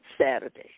Saturday